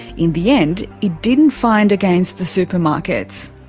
in the end it didn't find against the supermarkets.